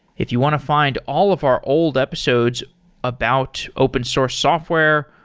if you want to find all of our old episodes about open source software,